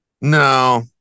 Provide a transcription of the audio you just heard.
no